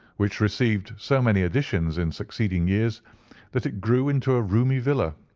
which received so many additions in succeeding years that it grew into a roomy villa.